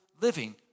living